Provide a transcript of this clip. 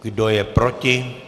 Kdo je proti?